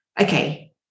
okay